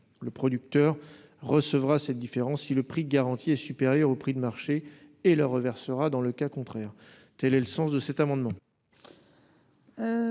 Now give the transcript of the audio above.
Le producteur recevra cette différence si le prix garanti est supérieur au prix du marché et la reversera dans le cas contraire. La parole est à M.